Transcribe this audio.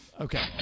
Okay